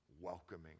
welcoming